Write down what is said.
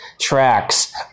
tracks